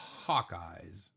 Hawkeyes